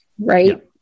right